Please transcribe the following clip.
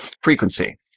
frequency